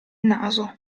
naso